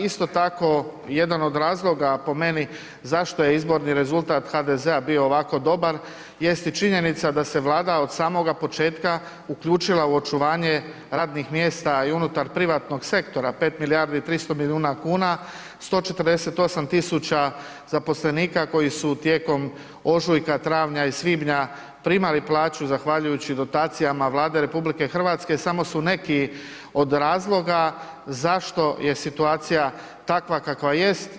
Isto tako jedan od razloga po meni zašto je izborni rezultat HDZ-a bio ovako dobar jest i činjenica da se Vlada od samoga početka uključila u očuvanje radnih mjesta i unutar privatnog sektora 5 milijardi 300 miliona kuna, 148.000 zaposlenika koji su tijekom ožujka, travnja i svibnja primali plaću zahvaljujući dotacijama Vlade RH samo su neki od razloga zašto je situacija takva kakva jest.